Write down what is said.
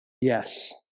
yes